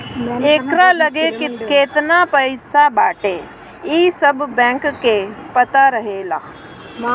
एकरा लगे केतना पईसा बाटे इ सब बैंक के पता रहेला